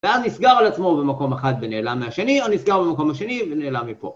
ואז נסגר על עצמו במקום אחד ונעלם מהשני, או נסגר במקום השני ונעלם מפה.